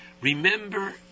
remember